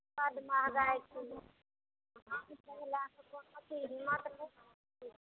बड महगाइ छै करै बला कऽ कोनो भी हिम्मत नहि